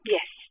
Yes